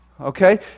Okay